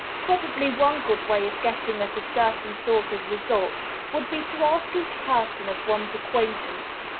probably one good way of getting at a certain sort of result would be to ask each person of one's acquaintance,